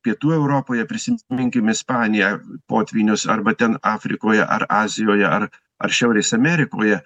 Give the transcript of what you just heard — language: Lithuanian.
pietų europoje prisiminkim ispaniją potvynius arba ten afrikoj ar azijoj ar ar šiaurės amerikoje